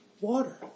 water